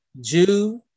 Jew